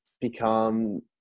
become